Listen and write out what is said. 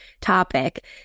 topic